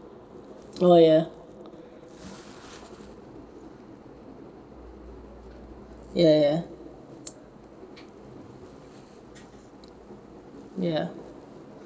oh ya ya ya ya